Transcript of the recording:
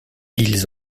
ils